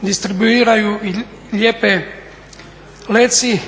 distribuiraju i lijepe leci